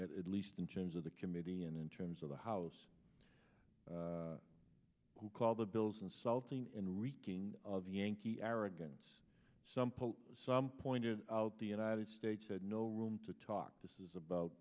at least in terms of the committee and in terms of the house who called the bill's insulting and reeking of yankee arrogance some put some pointed out the united states had no room to talk this is about